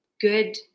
good